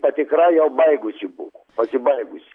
patikra jau baigusi buvo pasibaigusi